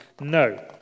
no